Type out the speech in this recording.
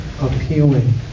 appealing